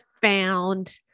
found